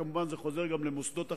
כמובן, זה חוזר גם למוסדות החינוך,